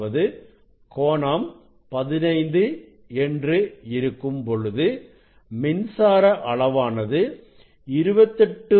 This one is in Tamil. அதாவது கோணம் 15 என்று இருக்கும் பொழுது மின்சார அளவானது 28